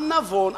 עם נבון,